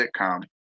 sitcom